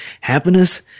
Happiness